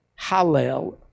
Hallel